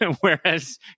Whereas